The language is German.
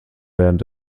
während